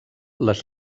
les